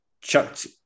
chucked